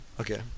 Okay